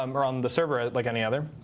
um or on the server like any other.